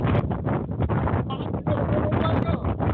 હું હા મને ભાવ મોકલજો